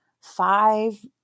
five